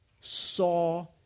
saw